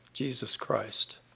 jesus christ.